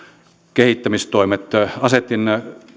kehittämistoimet asetin